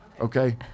Okay